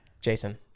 Jason